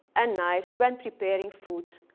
and knives when preparing food.